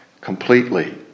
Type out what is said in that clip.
completely